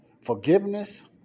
forgiveness